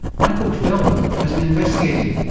michael feldman has been investigating.